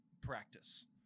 practice